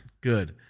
Good